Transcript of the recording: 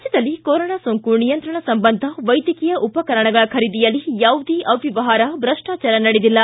ರಾಜ್ದದಲ್ಲಿ ಕೊರೊನಾ ಸೋಂಕು ನಿಯಂತ್ರಣ ಸಂಬಂಧ ವೈದ್ಯಕೀಯ ಉಪಕರಣಗಳ ಖರೀದಿಯಲ್ಲಿ ಯಾವುದೇ ಅವ್ಯವಹಾರ ಬ್ರಷ್ಲಾಚಾರ ನಡೆದಿಲ್ಲ